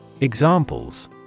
Examples